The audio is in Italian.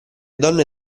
donne